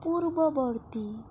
পূৰ্বৱৰ্তী